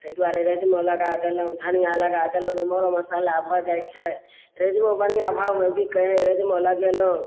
तै दुआरे राजमा लगा देलहुँ धनिआ लगा देलहुँ तऽ मर मसल्ला भऽ जाइ छै राजमो बढ़िआँ भावमे बिकय हइ राजमो लगेलहुँ